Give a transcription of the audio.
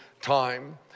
time